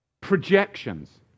Projections